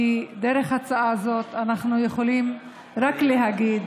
כי דרך ההצעה הזאת אנחנו יכולים רק להגיד